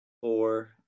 Four